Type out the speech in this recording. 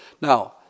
Now